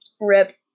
Rip